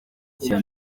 rya